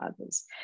others